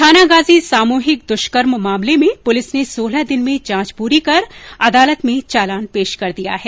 थानागाजी सामूहिक दुष्कर्म मामले में पुलिस ने सोलह दिन में जांच पूरी कर अदालत में चालान पेश कर दिया है